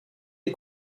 des